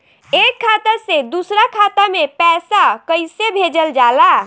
एक खाता से दूसरा खाता में पैसा कइसे भेजल जाला?